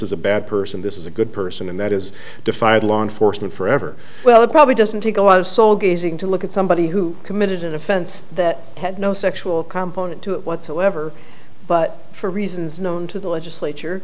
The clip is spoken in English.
is a bad person this is a good person and that has defied law enforcement forever well it probably doesn't take a lot of soul gazing to look at somebody who committed an offense that had no sexual component to it whatsoever but for reasons known to the legislature